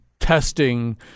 testing